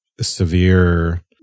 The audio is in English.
severe